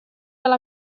alla